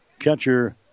catcher